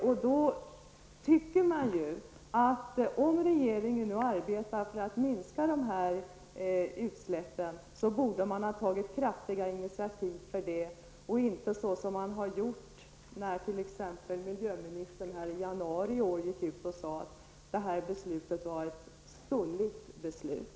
Om nu regeringen arbetar för att minska koldioxidutsläppen, borde man ju ha tagit kraftfulla initiativ och inte agerat som man har har gjort när miljöministern i januari i år gick ut och sade att det var ett stolligt beslut.